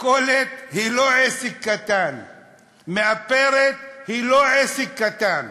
מכולת היא לא עסק קטן, מאפרת היא לא עסק קטן,